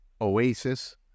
Oasis